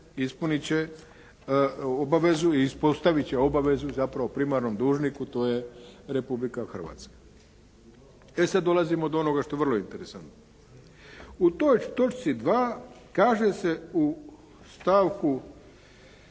ispuniti će obavezu i uspostavit će obavezu zapravo primarnom dužniku, to je Republika Hrvatska. E sada dolazimo do onoga što je vrlo interesantno. U toj točci 2. kaže se u stavku